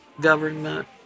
government